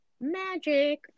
magic